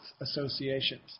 associations